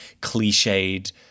cliched